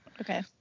Okay